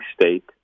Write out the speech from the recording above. state